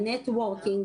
ה-networking,